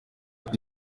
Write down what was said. ati